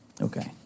Okay